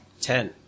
ten